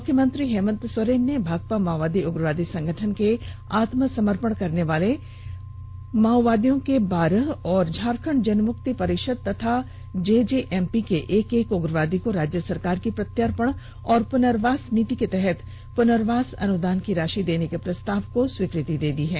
मुख्यमंत्री हेमन्त सोरेन ने भाकपा माओवादी उग्रवादी संगठन के आत्मसमर्पण करनेवाले भाकपा माओवादी के बारह और झारखंड जनमुक्ति परिषद तथा जेजेएमपी के एक एक उग्रवादी को राज्य सरकार की प्रत्यार्पण एवं पुनर्वास नीति के तहत पुनर्वास अनुदान की राशि देने के प्रस्ताव को स्वीकृति दे दी है